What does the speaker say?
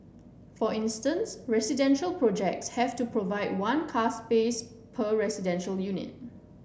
for instance residential projects have to provide one car space per residential unit